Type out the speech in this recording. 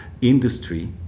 industry